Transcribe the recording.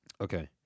Okay